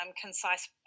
concise